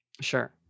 Sure